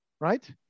Right